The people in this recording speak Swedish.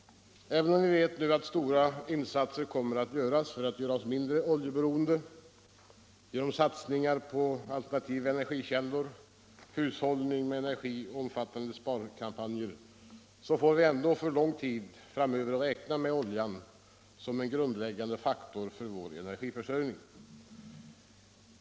Även om vi vet att stora insatser nu kommer att göras för att vi skall bli mindre oljeberoende —- genom satsningar på alternativa energikällor, hushållning med energin och omfattande besparingskampanjer — får vi ändå för lång tid framöver räkna med oljan som en grundläggande faktor för vår energiförsörjning.